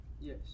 Yes